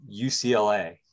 UCLA